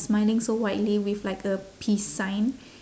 smiling so widely with like a peace sign